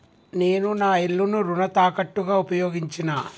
నేను నా ఇల్లును రుణ తాకట్టుగా ఉపయోగించినా